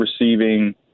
receiving